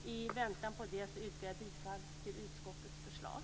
I väntan på det yrkar jag bifall till utskottets förslag.